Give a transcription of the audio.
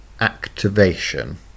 activation